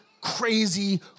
crazy